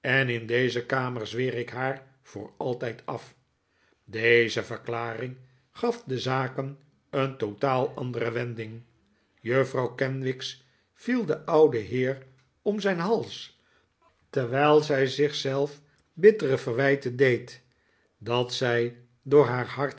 en in deze kamer zweer ik haar voor altijd af deze verklaring gaf de zaken een totaal andere wending juffrouw kenwigs viel den buden heer om zijn hals terwijl zij zich zelf bittere verwijten deed dat zij door haar